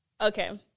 okay